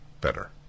better